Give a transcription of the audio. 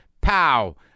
Pow